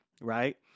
right